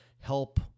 help